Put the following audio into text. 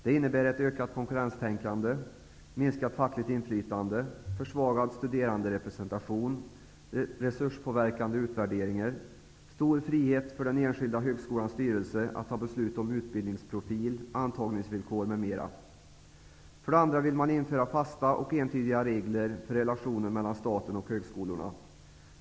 Det innebär ett ökat konkurrenstänkande, minskat fackligt inflytande, försvagad studeranderepresentation, resurspåverkande utvärderingar, stor frihet för den enskilda högskolans styrelse att fatta beslut om utbildningsprofil, antagningsvillkor m.m. För det andra vill man införa fasta och entydiga regler för relationen mellan staten och högskolorna.